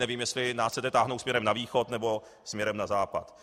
Nevím, jestli nás chcete táhnout směrem na východ, nebo směrem na západ.